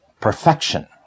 perfection